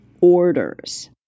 orders